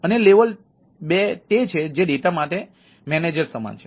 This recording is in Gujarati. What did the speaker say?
અને લેવલ 2 તે છે જે ડેટા માટે મેનેજર સમાન છે